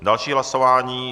Další hlasování.